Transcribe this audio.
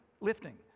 lifting